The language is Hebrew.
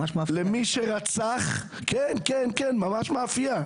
למי שרצח תינוקות.